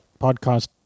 podcast